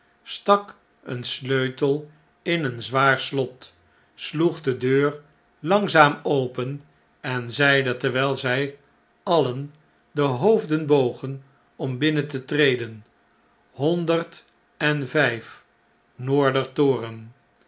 een sleutel in een zwaar slot sloeg de deur langzaam open en zeide terwjjl zij alien de hoofden bogen om binnen te treden honderd en